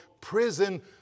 prison